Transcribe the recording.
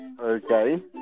Okay